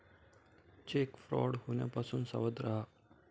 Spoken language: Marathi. चेक फ्रॉड होण्यापासून सावध रहा